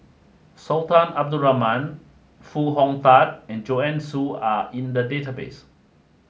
Sultan Abdul Rahman Foo Hong Tatt and Joanne Soo are in the database